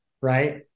right